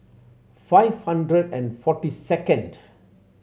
five hundred and forty second